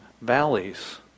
valleys